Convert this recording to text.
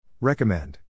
Recommend